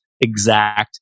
exact